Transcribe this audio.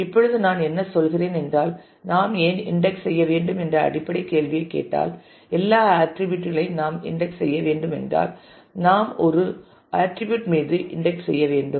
இப்பொழுது நான் என்ன சொல்கிறேன் என்றால் நாம் ஏன் இன்டெக்ஸ் செய்ய வேண்டும் என்ற அடிப்படை கேள்வியை கேட்டால் எல்லா ஆர்ட்டிரிபியூட் களையும் நாம் இன்டெக்ஸ் செய்ய வேண்டும் என்றால் நாம் ஒரு ஆர்ட்டிரிபியூட் மீது இன்டெக்ஸ் செய்ய வேண்டும்